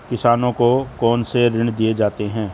किसानों को कौन से ऋण दिए जाते हैं?